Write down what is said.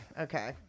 Okay